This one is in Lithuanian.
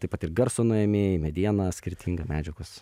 taip pat ir garso nuėmėjai mediena skirtinga medžiagos